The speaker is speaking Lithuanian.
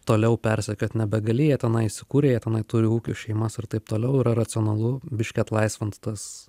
toliau persekiot nebegali jie tenai įsikūrė jie tenai turi ūkius šeimas ir taip toliau ir yra racionalu biški atlaisvint tas